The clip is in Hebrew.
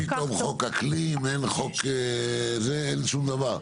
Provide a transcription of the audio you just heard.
אין חוק אקלים, אין שום דבר.